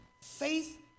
Faith